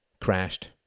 Crashed